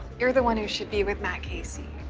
you're the one who should be with matt casey,